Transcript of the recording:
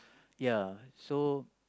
ya so